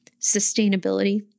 sustainability